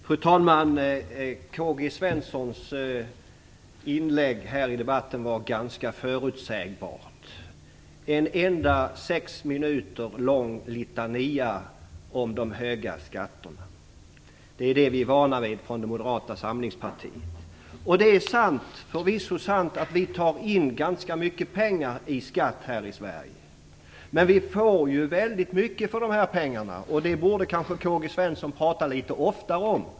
Fru talman! K-G Svensons inlägg här i debatten var ganska förutsägbart: en 6 minuter lång litania om de höga skatterna. Det är det som vi är vana vid från Moderata samlingspartiet. Det är förvisso sant att vi tar in ganska mycket pengar i skatt här i Sverige, men vi får väldigt mycket för de pengarna, något som K-G Svenson kanske borde tala litet oftare om.